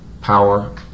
power